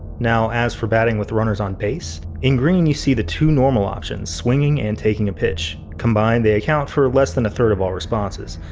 now, as for batting with runners on pace, in green you see the two normal options, swinging and taking a pitch. combined they account for less than a third of all responses.